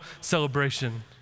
celebration